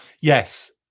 Yes